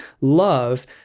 love